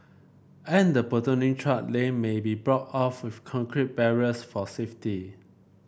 and the platooning truck lane may be blocked off with concrete barriers for safety